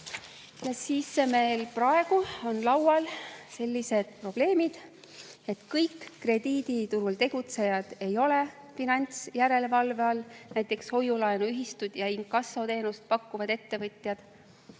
Meil on praegu laual sellised probleemid, et kõik krediiditurul tegutsejad ei ole finantsjärelevalve all, näiteks hoiu-laenuühistud ja inkassoteenust pakkuvad ettevõtjad.